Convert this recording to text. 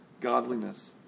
godliness